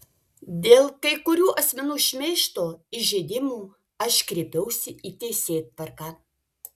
dėl kai kurių asmenų šmeižto įžeidimų aš kreipsiuosi į teisėtvarką